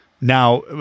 now